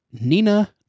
Nina